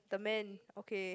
the men okay